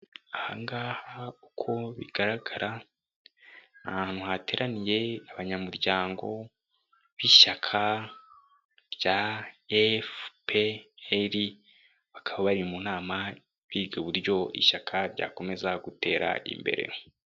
Aha ngaha uko bigaragara ni ahantu hateraniye abanyamuryango b'ishyaka rya FPR, bakaba bari mu nama biga uburyo ishyaka ryakomeza gutera imbere.